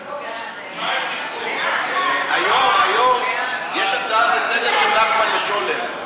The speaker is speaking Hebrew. ההצעה להעביר את הצעת חוק הגנת הצרכן (תיקון מס' 55)